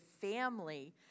family